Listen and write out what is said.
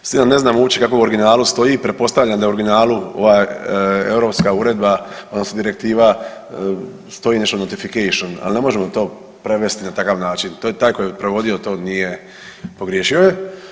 Sad ja ne znam kako u originalu stoji pretpostavljam da je u originalu ovaj europska uredba odnosno direktiva stoji nešto notification, ali ne možemo to prevesti na takav način, to je taj koji je prevodio to nije, pogriješio je.